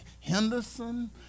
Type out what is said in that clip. Henderson